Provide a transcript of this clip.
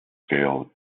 scale